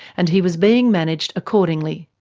and he was being managed accordingly.